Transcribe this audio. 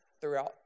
throughout